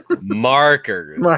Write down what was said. Markers